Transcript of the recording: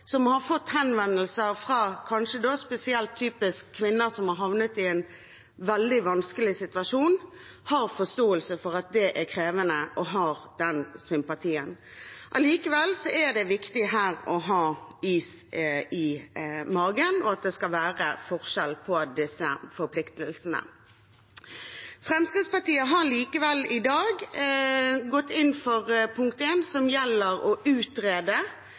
som har fått henvendelser, kanskje spesielt fra kvinner som har havnet i en veldig vanskelig situasjon, har forståelse for at det er krevende, og har den sympatien. Her er det er allikevel viktig å ha is i magen – at det skal være forskjell på disse forpliktelsene. Fremskrittspartiet har likevel i dag gått inn for punkt nr. 1, som gjelder å utrede